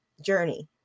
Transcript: journey